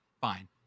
fine